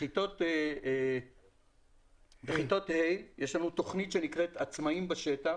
בכיתות ה' יש לנו תוכנית שנקראת "עצמאים בשטח".